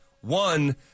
One